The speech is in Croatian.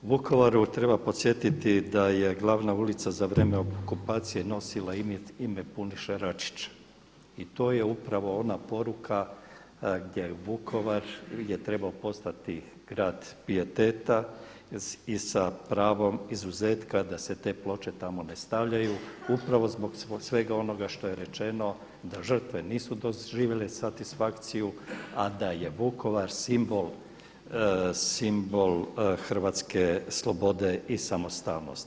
U Vukovaru treba podsjetiti da je glavna ulica za vrijeme okupacije nosila ime Puniša Račića i to je upravo ona poruka gdje Vukovar je trebao postati grad pijeteta i sa pravom izuzetka da se te ploče tamo ne stavljaju upravo zbog svega onoga što je rečeno da žrtve nisu doživjele satisfakciju, a da je Vukovar simbol hrvatske slobode i samostalnosti.